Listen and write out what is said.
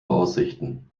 aussichten